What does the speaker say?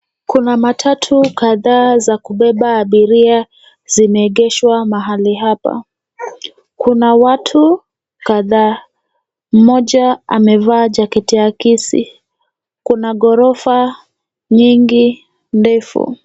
Kuna matatu kadhaa za kubeba abiria zimeegeshwa mahali hapa. Kuna watu kadhaa, mmoja amevaa jaketi akisi. Kuna ghorofa nyingi ndefu.